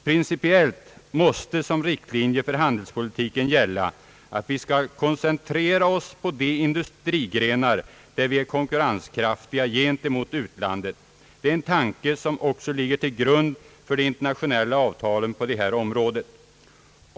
Principiellt måste som riktlinje för handelspolitiken gälla att vi skall koncentrera oss på de industrigrenar, där vi är konkurrenskraftiga gentemot utlandet — den tanken ligger också till grund för de internationella avtalen på detta område.